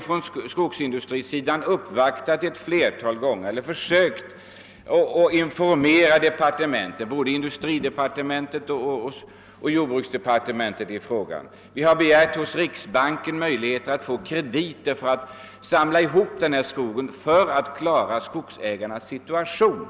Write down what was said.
Från skogsindustrisidan har vi då försökt informera både jordbruksdepartementet och industridepartementet om denna fråga, och vi har hos riksbanken begärt krediter för att samla ihop den stormfällda skogen och därmed klara skogsägarnas svåra situation.